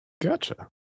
Gotcha